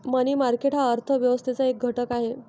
मनी market हा अर्थ व्यवस्थेचा एक घटक आहे